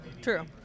True